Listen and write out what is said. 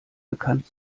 bekannt